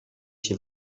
się